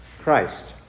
Christ